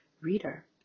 reader